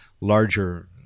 larger